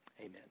Amen